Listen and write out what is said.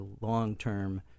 long-term